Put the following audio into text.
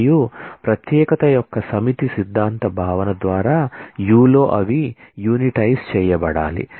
మరియు ప్రత్యేకత యొక్క సమితి సిద్ధాంత భావన ద్వారా Ս లో అవి యూనిటైజ్ చేయబడాలి